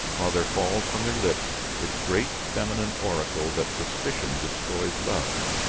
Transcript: while there falls from their lips the great feminine oracle that suspicion destroys love,